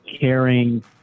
caring